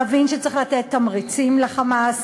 להבין שצריך לתת תמריצים ל"חמאס",